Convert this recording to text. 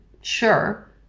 sure